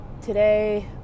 Today